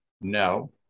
No